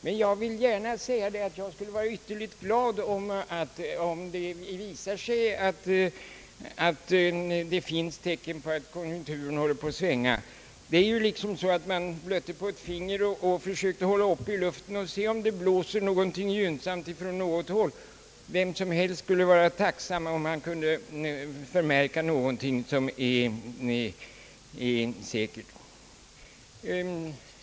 Men jag vill gärna säga att jag är ytterligt glad, om det finns tecken på att konjunkturen håller på att svänga. Vem som helst, som blöter på ett finger och försöker hålla upp det i luften för att se om det blåser några gynnsamma vindar från något håll, skulle vara tacksam om han kunde märka någonting säkert.